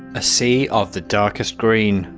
a sea of the darkest green,